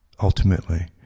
Ultimately